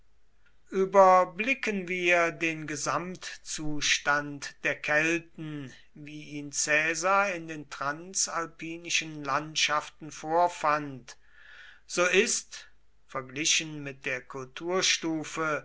überblicken wir den gesamtzustand der kelten wie ihn caesar in den transalpinischen landschaften vorfand so ist verglichen mit der